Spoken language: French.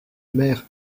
mer